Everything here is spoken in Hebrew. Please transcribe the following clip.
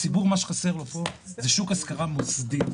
הציבור מה שחסר לו זה שוק השכרה מוסדי,